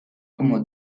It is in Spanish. como